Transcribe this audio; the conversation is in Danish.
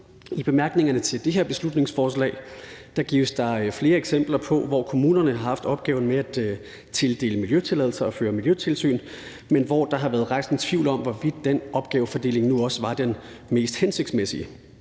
I bemærkningerne til det her beslutningsforslag gives der flere eksempler på, at kommunerne har haft opgaven med at tildele miljøtilladelser og føre miljøtilsyn, men at der har været rejst en tvivl om, hvorvidt den opgavefordeling nu også var den mest hensigtsmæssige.